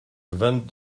vingt